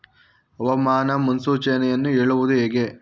ಹವಾಮಾನ ಮುನ್ಸೂಚನೆಯನ್ನು ಹೇಳುವುದು ಹೇಗೆ?